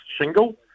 shingle